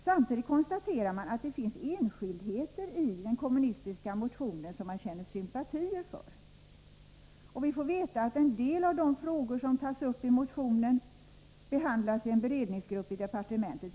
Samtidigt konstaterar man att det finns enskildheter i den kommunistiska motionen som man känner sympatier för. Vi får veta att en del av de frågor som tas upp i motionen behandlas i en beredningsgrupp i departementet.